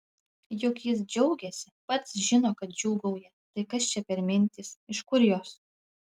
juk jis džiaugiasi pats žino kad džiūgauja tai kas čia per mintys iš kur jos